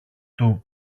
του